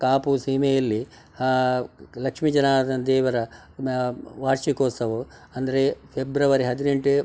ಕಾಪು ಸೀಮೆಯಲ್ಲಿ ಲಕ್ಷ್ಮಿ ಜನಾರ್ಧನ ದೇವರ ವಾರ್ಷಿಕೋತ್ಸವವು ಅಂದರೆ ಫೆಬ್ರವರಿ ಹದಿನೆಂಟು